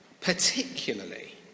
Particularly